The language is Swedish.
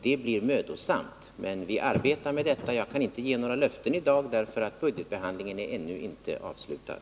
Det blir mödosamt, men vi arbetar med detta. Jag kan inte ge några löften i dag, därför att budgetbehandlingen ännu inte är avslutad.